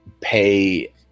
Pay